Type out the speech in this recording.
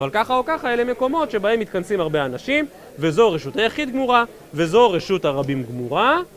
אבל ככה או ככה, אלה מקומות שבהם מתכנסים הרבה אנשים וזו רשות היחיד גמורה וזו רשות הרבים גמורה.